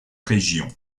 région